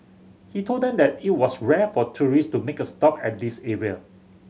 he told them that it was rare for tourist to make a stop at this area